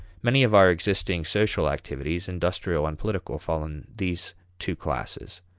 many of our existing social activities, industrial and political, fall in these two classes.